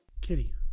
Kitty